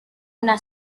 una